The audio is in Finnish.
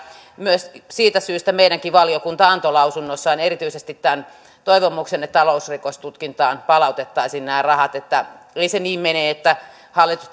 myös siitä syystä meidänkin valiokuntamme antoi lausunnossaan erityisesti tämän toivomuksen että talousrikostutkintaan palautettaisiin nämä rahat että ei se niin mene että hallitus